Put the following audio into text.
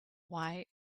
why